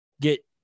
get